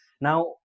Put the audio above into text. Now